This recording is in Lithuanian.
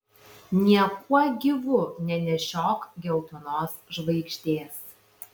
nieku gyvu nenešiok geltonos žvaigždės